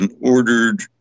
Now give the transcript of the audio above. ordered